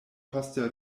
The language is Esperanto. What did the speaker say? poste